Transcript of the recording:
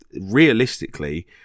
realistically